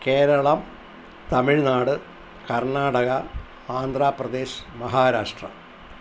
Keralam Tamil Nadu Karnataka Andhra Pradesh Maharashtra